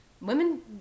Women